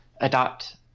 adopt